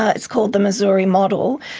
ah it's called the missouri model.